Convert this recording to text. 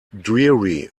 dreary